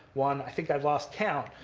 one i think i've lost count.